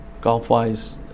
Golf-wise